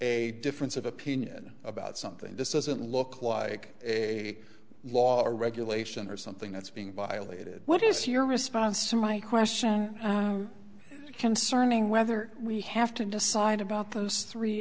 a difference of opinion about something this doesn't look like a law or regulation or something that's being violated what is your response to my question concerning whether we have to decide about those three